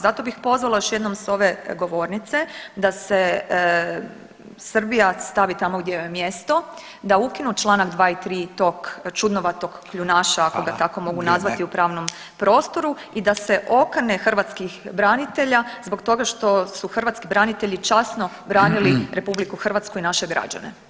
Zato bih pozvala još jednom s ove govornice da se Srbija stavi tamo gdje joj je mjesto, da ukinu Članak 2. i 3. tog čudnovatog kljunaša ako [[Upadica: Hvala, vrijeme.]] ga tako mogu nazvati u pravnom prostoru i da se okane hrvatskih branitelja zbog toga što su hrvatski branitelji časno branili RH i naše građane.